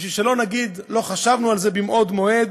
בשביל שלא נגיד שלא חשבנו על זה מבעוד מועד